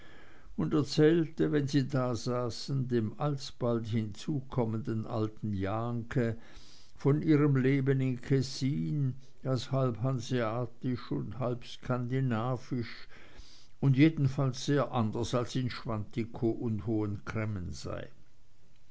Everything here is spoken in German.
und erzählte wenn sie dasaßen dem alsbald hinzukommenden jahnke von ihrem leben in kessin das halb hanseatisch und halb skandinavisch und jedenfalls sehr anders als in schwantikow und hohen cremmen sei